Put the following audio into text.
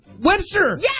Webster